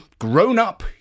grown-up